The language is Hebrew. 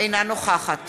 אינה נוכחת